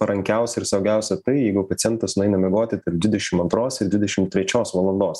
parankiausia ir saugiausia tai jeigu pacientas nueina miegoti tarp dvidešim antros ir dvidešim trečios valandos